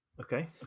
Okay